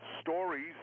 stories